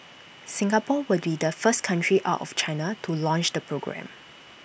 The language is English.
Singapore will be the first country out of China to launch the programme